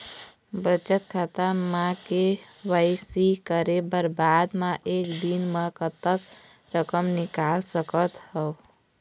बचत खाता म के.वाई.सी करे के बाद म एक दिन म कतेक रकम निकाल सकत हव?